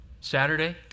Saturday